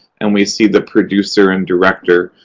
and we see the producer and director.